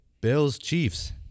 Bills-Chiefs